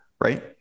right